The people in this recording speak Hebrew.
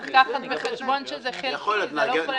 צריך לקחת בחשבון שזה חלקי ולא כולל